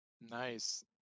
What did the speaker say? Nice